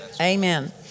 Amen